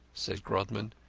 said grodman,